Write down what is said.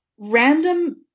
random